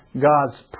God's